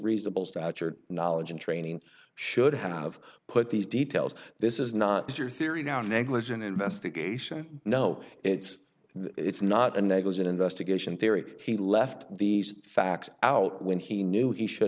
reasonable stature knowledge and training should have put these details this is not your theory now negligent investigation no it's the it's not a negligent investigation theory he left these facts out when he knew he should